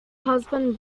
husband